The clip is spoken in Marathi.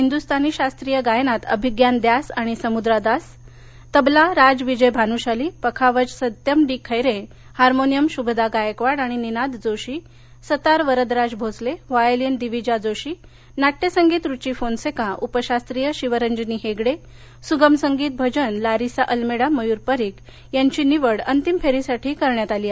हिंदुस्थानी शास्त्रीय गायनात अभिग्यान दास आणि समुद्रा दास तबला राज विजय भान्शाली पखावज सत्यम डी खैरे हार्मोनियम शुभदा गायकवाड आणि निनाद प्रसाद जोशी सतार वरदराज भोसले व्हायोलीन दिवीजा जोशी नाट्यसंगीत रुची फोनसेका उपशास्त्रीय शिवरंजनी हेगडे सुगम संगीत भजन लारिसा अलमेडा मयुर परिक यांची निवड अंतिम फेरीसाठी करण्यात आली आहे